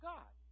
God